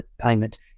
payment